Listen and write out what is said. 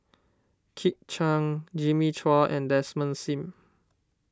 Kit Chan Jimmy Chua and Desmond Sim